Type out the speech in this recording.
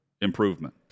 improvement